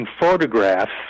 photographs